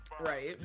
right